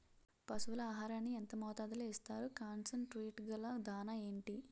పశువుల ఆహారాన్ని యెంత మోతాదులో ఇస్తారు? కాన్సన్ ట్రీట్ గల దాణ ఏంటి?